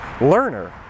learner